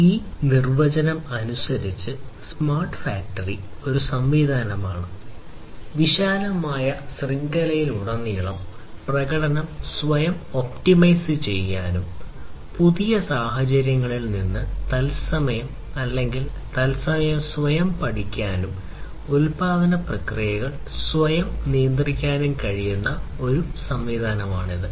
ഈ നിർവചനം അനുസരിച്ച് സ്മാർട്ട് ഫാക്ടറി ചെയ്യാനും പുതിയ സാഹചര്യങ്ങളിൽ നിന്ന് തത്സമയം അല്ലെങ്കിൽ തത്സമയം സ്വയം പഠിക്കാനും ഉൽപാദന പ്രക്രിയകൾ സ്വയം നിയന്ത്രിക്കാനും കഴിയുന്ന ഒരു വഴക്കമുള്ള സംവിധാനമാണിത്